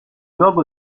luogo